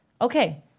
okay